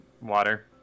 water